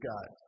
God